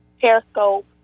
Periscope